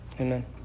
amen